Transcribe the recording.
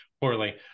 poorly